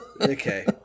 Okay